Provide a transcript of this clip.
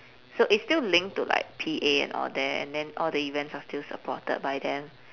so it's still linked to like P_A and all that and then all the events are still supported by them